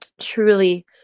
truly